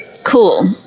cool